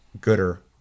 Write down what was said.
gooder